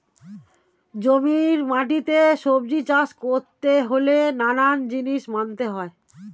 জমির মাটিতে সবজি চাষ করতে হলে নানান জিনিস মানতে হয়